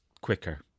quicker